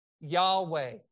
Yahweh